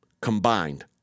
combined